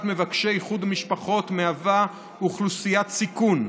אוכלוסיית מבקשי איחוד משפחות מהווה אוכלוסיית סיכון,